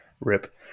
Rip